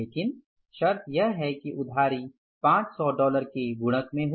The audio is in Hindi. लेकिन शर्त यह है कि उधारी 500 डॉलर के गुणक में हो